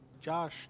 Josh